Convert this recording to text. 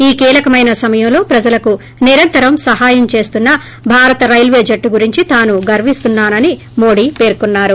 ఈ కీలకమైన సమయంలో ప్రజలకు నిరంతరం సహాయం చేస్తున్న భారత రైల్వే జట్టు గురించి తాను గర్విస్తున్నా నని మోడీ పేర్కొన్నారు